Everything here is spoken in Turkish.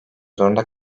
zorunda